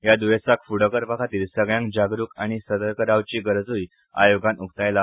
ह्या द्येसाक फूडो करपाखातीर सगळ्यांक जागरूक आनी सतर्क रावची गरजूंय आयोगान उक्तायला